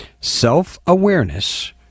Self-awareness